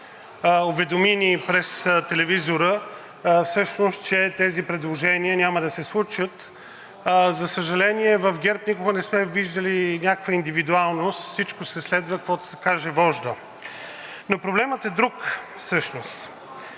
Уведоми ни през телевизора всъщност, че тези предложения няма да се случат. За съжаление, в ГЕРБ никога не сме виждали някаква индивидуалност, всичко се следва, каквото каже вождът. Но проблемът всъщност